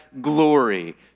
glory